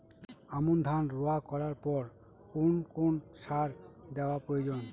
আমন ধান রোয়া করার পর কোন কোন সার দেওয়া প্রয়োজন?